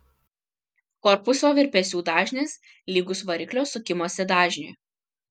korpuso virpesių dažnis lygus variklio sukimosi dažniui